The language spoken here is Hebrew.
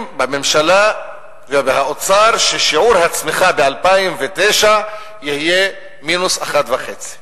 בממשלה ובאוצר ששיעור הצמיחה ב-2009 יהיה 1.5% ,